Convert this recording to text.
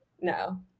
no